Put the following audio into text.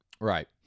Right